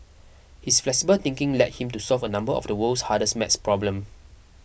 his flexible thinking led him to solve a number of the world's hardest maths problem